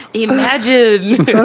Imagine